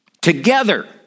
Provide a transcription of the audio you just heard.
Together